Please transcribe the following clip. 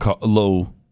low